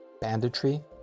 banditry